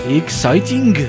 exciting